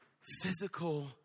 physical